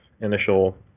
initial